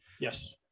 yes